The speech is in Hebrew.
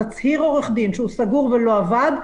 תצהיר עורך דין שהוא סגור ולא עבד,